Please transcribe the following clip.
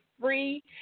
free